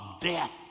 death